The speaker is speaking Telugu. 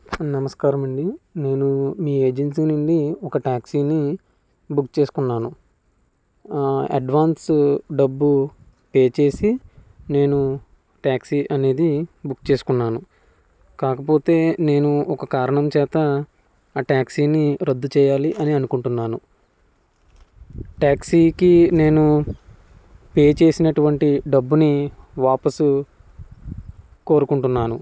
నమస్కారం అండి నేను మీ ఏజెన్సీ నుండి ఒక ట్యాక్సీని బుక్ చేసుకున్నాను అడ్వాన్స్ డబ్బు పే చేసి నేను ట్యాక్సీ అనేది బుక్ చేసుకున్నాను కాకపోతే నేను ఒక కారణం చేత ఆ ట్యాక్సీని రద్దు చేయాలి అని అనుకుంటున్నాను ట్యాక్సీకి నేను పే చేసినటువంటి డబ్బుని వాపసు కోరుకుంటున్నాను